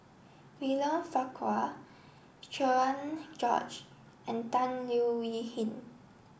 William Farquhar Cherian George and Tan Leo Wee Hin